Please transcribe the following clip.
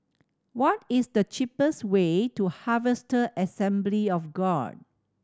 what is the cheapest way to Harvester Assembly of God